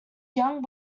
young